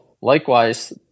Likewise